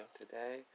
today